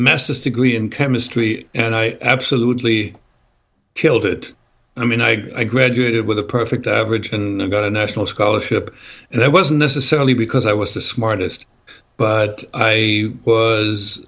message degree in chemistry and i absolutely killed it i mean i graduated with a perfect average and i got a national scholarship and it wasn't necessarily because i was the smartest but i was